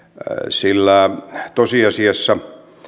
sillä tosiasiassa